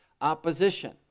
opposition